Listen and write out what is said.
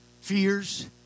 Fears